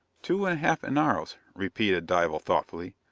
two and a half enaros, repeated dival thoughtfully.